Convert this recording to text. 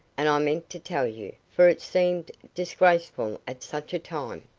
and i meant to tell you, for it seemed disgraceful at such a time.